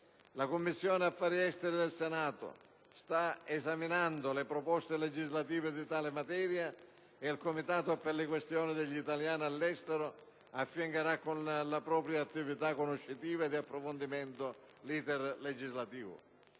La Commissione esteri del Senato sta esaminando le proposte legislative in tale materia e il Comitato per le questioni degli italiani all'estero affiancherà con la propria attività conoscitiva e di approfondimento l'*iter* legislativo.